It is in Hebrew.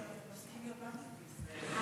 שמעתי שמפסיקים להיות בנקים בישראל.